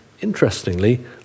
interestingly